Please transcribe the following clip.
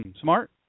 smart